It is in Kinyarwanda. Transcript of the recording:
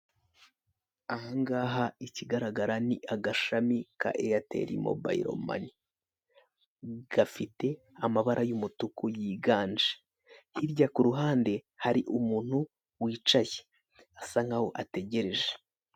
Ahangaha ikigaragara ni agashami ka eyateri mobile money gafite amabara y'umutuku yiganje, hirya kuruhande hari umuntu wicaye asa nkaho ategereje